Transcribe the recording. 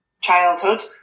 childhood